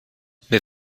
wir